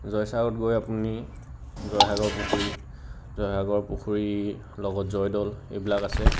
জয়চাগৰত গৈ আপুনি জয়সাগৰ পুখুৰী জয়সাগৰ পুখুৰীৰ লগত জয়দৌল এইবিলাক আছে